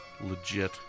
Legit